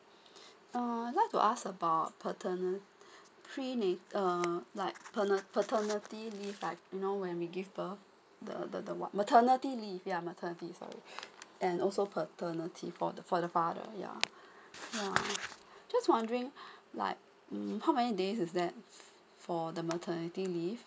um I would like to ask about paterna~ prena~ uh like pene~ paternity leave like you know when we give birth the the the what maternity leave yeah maternity leave sorry and also paternity for the for the father yeah yeah just wondering like um how many days is that for the maternity leave